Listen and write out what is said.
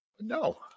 No